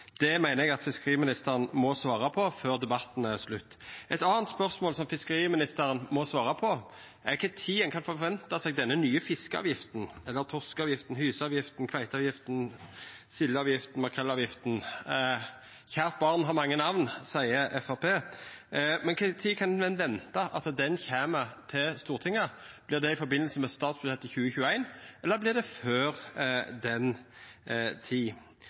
Det meiner eg at fiskeriministeren må svara på før debatten er slutt. Eit anna spørsmål som fiskeriministeren må svara på, er kva tid ein kan forventa seg den nye fiskeavgifta, eller torskeavgifta, hyseavgifta, kveiteavgifta, sildeavgifta, makrellavgifta – kjært barn har mange namn, seier Framstegspartiet. Men kva tid kan ein venta at ho kjem til Stortinget? Vert det i samband med statsbudsjettet 2021, eller vert det før den tid?